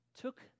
took